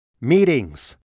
meetings